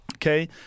Okay